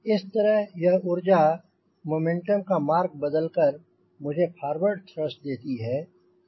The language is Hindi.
इस तरह यह ऊर्जा मोमेंटम का मार्ग बदलकर मुझे फॉरवर्ड थ्रस्ट देती है